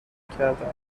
کردم